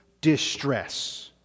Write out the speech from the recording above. Distress